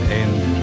end